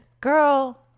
Girl